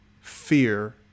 fear